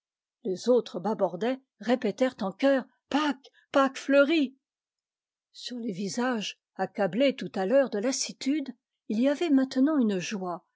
les autres bâbordais répétèrent en chœur pâques pâques fleuries sur les visages accablés tout à l'heure de lassitude il y avait maintenant une joie